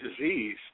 disease